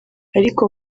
ariko